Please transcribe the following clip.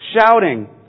shouting